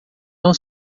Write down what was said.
não